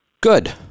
Good